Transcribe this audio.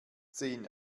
zehn